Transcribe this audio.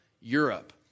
Europe